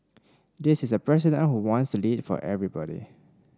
this is a president who wants to lead for everybody